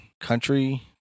country